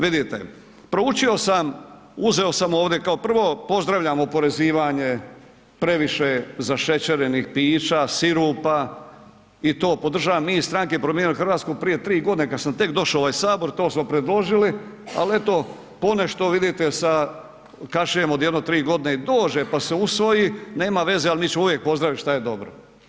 Vidite, proučio sam, uzeo sam ovdje, kao prvo pozdravljam oporezivanje previše zašećerenih pića, sirupa i to podržavam, mi iz stranke Promijenimo Hrvatsku prije 3 g. kad sam tek došao u ovaj Sabor, to smo predložili ali eto, ponešto vidite sa kašnjenjem od jedno 3 g. i dođe pa se usvoji, nema veze ali mi ćemo uvijek pozdravit šta je dobro.